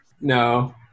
No